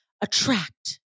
attract